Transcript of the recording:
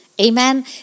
Amen